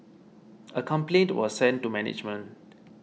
a complaint was sent to management